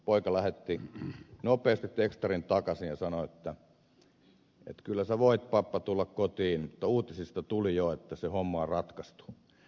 poika lähetti nopeasti tekstarin takaisin ja sanoi että kyllä sä voit pappa tulla kotiin uutisista tuli jo että se homma on ratkaistu